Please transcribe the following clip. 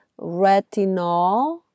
retinol